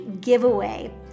giveaway